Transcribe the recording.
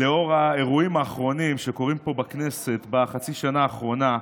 לנוכח האירועים האחרונים שקורים פה בכנסת בחצי השנה האחרונה,